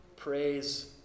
Praise